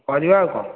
କରିବା ଆଉ କ'ଣ